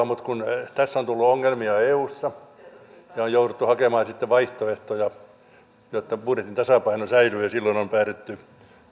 mutta tässä on tullut ongelmia eussa ja on jouduttu hakemaan vaihtoehtoja jotta budjetin tasapaino säilyy ja silloin on päädytty